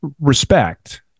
respect